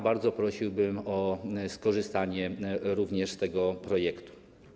Bardzo prosiłbym o skorzystanie również z tego projektu.